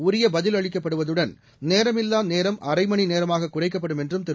உரிய பதில் அளிக்கப்படுவதுடன் நேரமில்லா நேரம் அரைமணி நேரமாக குறைக்கப்படும் என்றும் திரு